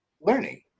learning